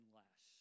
less